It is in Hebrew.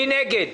מי נגד?